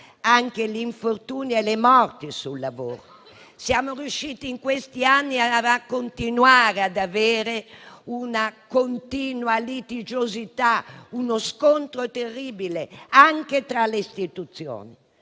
anche gli infortuni e le morti sul lavoro. Siamo riusciti in questi anni ad avere una continua litigiosità, uno scontro terribile, anche tra le istituzioni.